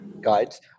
guides